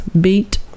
Beat